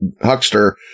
huckster